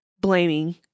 blaming